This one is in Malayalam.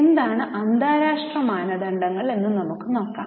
എന്താണ് അന്താരാഷ്ട്ര മാനദണ്ഡങ്ങൾ എന്ന് നോക്കാം